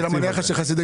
זה חלק מהעודפים.